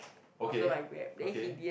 okay okay